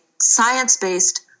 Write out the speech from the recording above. science-based